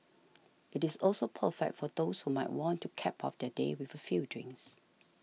it is also perfect for those who might want to cap off their day with a few drinks